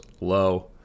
low